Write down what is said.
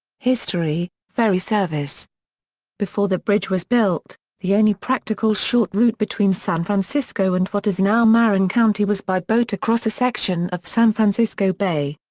history ferry service before the bridge was built, the only practical short route between san francisco and what is now marin county was by boat across a section of san francisco bay.